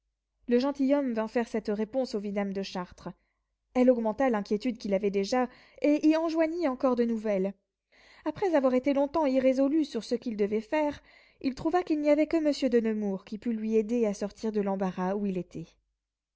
le gentilhomme vint faire cette réponse au vidame de chartres elle augmenta l'inquiétude qu'il avait déjà et y en joignit encore de nouvelles après avoir été longtemps irrésolu sur ce qu'il devait faire il trouva qu'il n'y avait que monsieur de nemours qui pût lui aider à sortir de l'embarras où il était